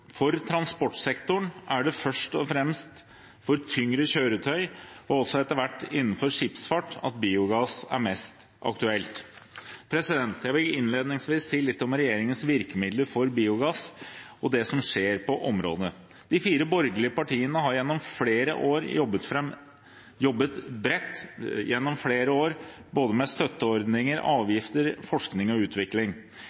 For transportsektoren er det først og fremst for tyngre kjøretøy, og også etter hvert innenfor skipsfart, at biogass er mest aktuelt. Jeg vil innledningsvis si litt om regjeringens virkemidler for biogass og det som skjer på området. De fire borgerlige partiene har gjennom flere år jobbet bredt med både støtteordninger,